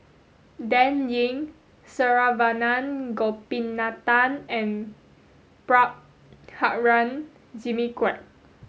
Dan Ying Saravanan Gopinathan and Prabhakara Jimmy Quek